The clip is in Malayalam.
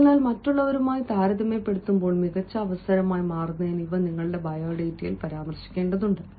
അതിനാൽ മറ്റുള്ളവരുമായി താരതമ്യപ്പെടുത്തുമ്പോൾ മികച്ച അവസരമായി മാറുന്നതിന് ഇവ നിങ്ങളുടെ ബയോഡാറ്റയിൽ പരാമർശിക്കേണ്ടതുണ്ട്